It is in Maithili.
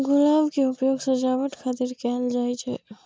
गुलाब के उपयोग सजावट खातिर कैल जाइ छै